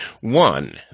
One